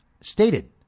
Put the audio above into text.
stated